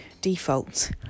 default